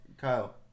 Kyle